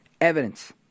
evidence